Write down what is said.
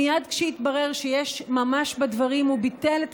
מייד כשהתברר שיש ממש בדברים הוא ביטל את